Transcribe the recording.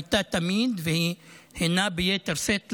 היא הייתה תמיד והיא הינה ביתר שאת,